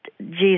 Jesus